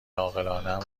عاقلانهام